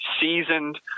seasoned